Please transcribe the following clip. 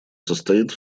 состоит